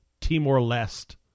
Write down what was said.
Timor-Leste